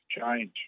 change